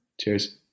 cheers